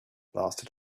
lasted